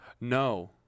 No